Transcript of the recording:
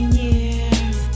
years